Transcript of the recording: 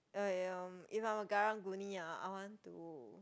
ya if I'm aKarang-Guni ah I want to